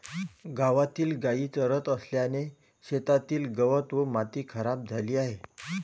गावातील गायी चरत असल्याने शेतातील गवत व माती खराब झाली आहे